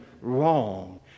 wrong